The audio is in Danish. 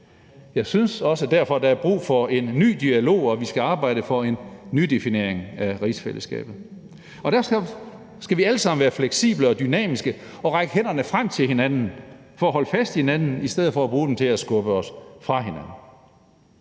jeg synes også derfor, der er brug for en ny dialog, og at vi skal arbejde for en redefinering af rigsfællesskabet. Derfor skal vi alle sammen være fleksible og dynamiske og række hænderne frem til hinanden for at holde fast i hinanden, i stedet for at bruge dem til at skubbe os fra hinanden.